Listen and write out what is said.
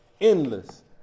endless